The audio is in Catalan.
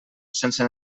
sense